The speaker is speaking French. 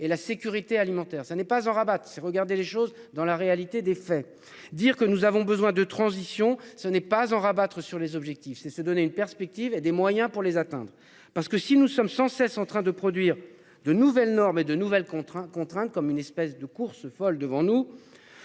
et la sécurité alimentaire, ça n'est pas en rabattre c'est regarder les choses dans la réalité des faits, dire que nous avons besoin de transition. Ce n'est pas en rabattre sur les objectifs, c'est se donner une perspective et des moyens pour les atteindre parce que si nous sommes sans cesse en train de produire de nouvelles normes et de nouvelles contraint contraintes comme une espèce de course folle devant nous.